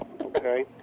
okay